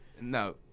no